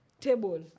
table